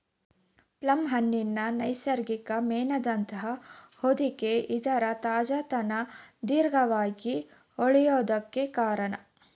plum ಹಣ್ಣಿನ ನೈಸರ್ಗಿಕ ಮೇಣದಂಥ ಹೊದಿಕೆ ಇದರ ತಾಜಾತನ ದೀರ್ಘವಾಗಿ ಉಳ್ಯೋಕೆ ಕಾರ್ಣ